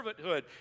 servanthood